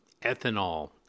ethanol